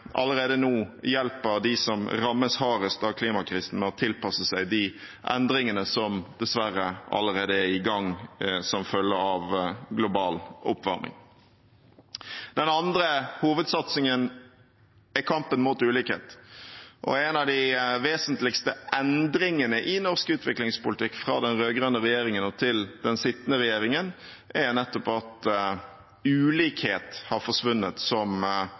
allerede nå hjelper dem som rammest hardest av klimakrisen, med å tilpasse seg de endringene som dessverre allerede er i gang som følge av global oppvarming. Den andre hovedsatsingen er kampen mot ulikhet. En av de vesentligste endringene i norsk utviklingspolitikk fra den rød-grønne regjeringen og til den sittende regjeringen er at ulikhet har forsvunnet som